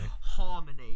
Harmony